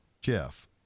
Jeff